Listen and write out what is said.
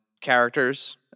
characters